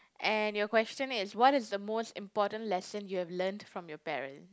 and your question is what is the most important lesson you have learnt from your parent